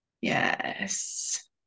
Yes